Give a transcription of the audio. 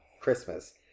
Christmas